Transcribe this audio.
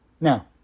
Now